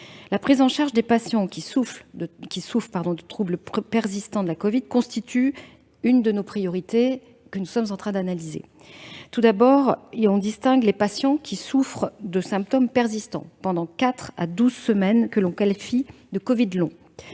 La prise en charge des patients souffrant de troubles persistants de la covid-19 constitue l'une de nos priorités, que nous sommes en train d'analyser. Tout d'abord, on distingue les patients souffrant de symptômes persistants pendant quatre à douze semaines, que l'on qualifie de « covid long